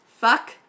Fuck